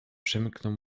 przemknął